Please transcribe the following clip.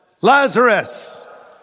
Lazarus